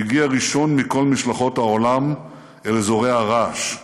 שהגיע ראשון מכל משלחות העולם אל אזורי הרעש,